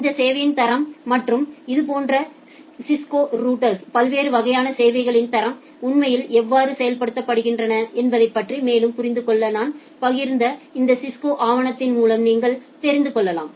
இந்த சேவையின் தரம் மற்றும் இதுபோன்ற சிஸ்கோ ரவுட்டர்களில் பல்வேறு வகையான சேவைகளின் தரம் உண்மையில் எவ்வாறு செயல்படுத்தப்படுகின்றன என்பதைப் பற்றி மேலும் புரிந்துகொள்ள நான் பகிர்ந்த இந்த சிஸ்கோ ஆவணத்தின் மூலம் நீங்கள் தெரிந்துகொள்ளலாம்